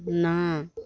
ନା